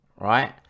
right